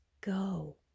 go